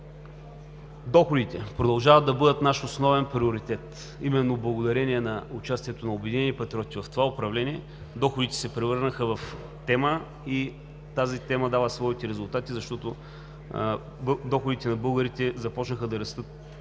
Доходите продължават да бъдат наш основен приоритет. Именно благодарение на участието на „Обединени патриоти“ в това управление доходите се превърнаха в тема и тя дава своите резултати, защото доходите на българите започнаха да растат